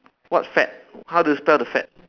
what fad how do you spell the fad